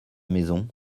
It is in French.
maison